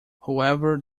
whoever